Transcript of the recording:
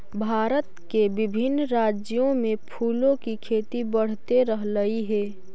भारत के विभिन्न राज्यों में फूलों की खेती बढ़ते रहलइ हे